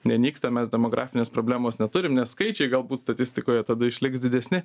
nenyksta mes demografinės problemos neturim nes skaičiai galbūt statistikoje tada išliks didesni